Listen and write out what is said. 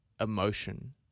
emotion